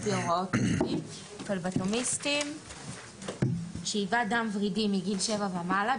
על פי הוראת רופא: פלבוטומיסטים שאיבת דם ורידי מגיל 7 ומעלה,